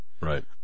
Right